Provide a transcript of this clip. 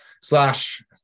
slash